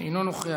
אינו נוכח,